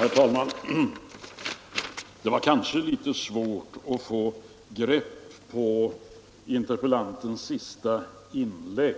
Herr talman! Det var kanske litet svårt att få grepp om interpellantens senaste inlägg.